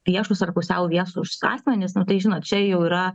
viešus ar pusiau viešus asmenis nu tai žinot čia jau yra